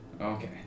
Okay